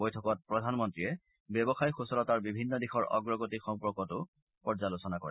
বৈঠকত প্ৰধানমন্ত্ৰীয়ে ব্যৱসায় সূচলতাৰ বিভিন্ন দিশৰ অগ্ৰগতিৰ সম্পৰ্কতো পৰ্যালোচনা কৰে